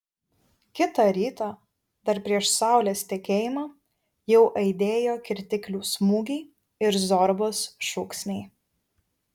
kitą rytą dar prieš saulės tekėjimą jau aidėjo kirtiklių smūgiai ir zorbos šūksniai